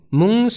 mung